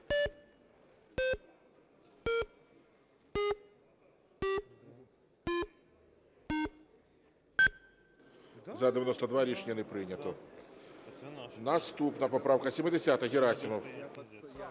За-92 Рішення не прийнято. Наступна поправка 70. Герасимов.